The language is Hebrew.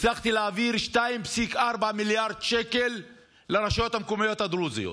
הצלחתי להעביר 2.4 מיליארד שקל לרשויות המקומיות הדרוזיות,